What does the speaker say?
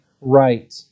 right